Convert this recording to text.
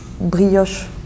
brioche